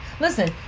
listen